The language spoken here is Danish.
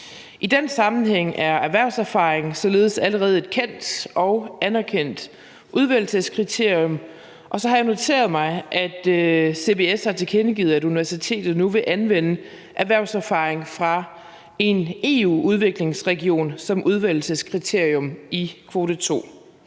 I den sammenhæng er erhvervserfaring således allerede et kendt og anerkendt udvælgelseskriterium, og så har jeg noteret mig, at CBS har tilkendegivet, at universitetet nu vil anvende erhvervserfaring fra en EU-udviklingsregion som udvælgelseskriterium i kvote 2.